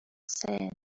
sands